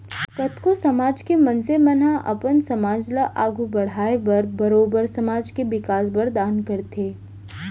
कतको समाज के मनसे मन ह अपन समाज ल आघू बड़हाय बर बरोबर समाज के बिकास बर दान करथे